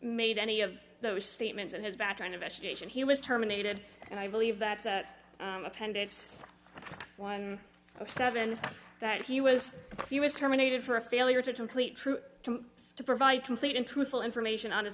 made any of those statements in his background investigation he was terminated and i believe that appendix one of seven that he was he was terminated for a failure to totally true to provide complete and truthful information on his